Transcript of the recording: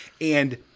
And-